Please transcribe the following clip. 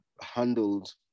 handled